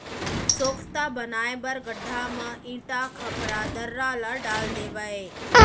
सोख्ता बनाए बर गड्ढ़ा म इटा, खपरा, दर्रा ल डाल देवय